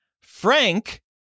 Frank